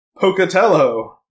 Pocatello